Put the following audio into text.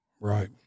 Right